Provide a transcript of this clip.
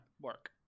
work